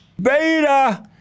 Beta